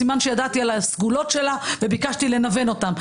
סימן שידעתי על הסגולות שלה וביקשתי לנוון אותן.